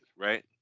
right